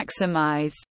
maximize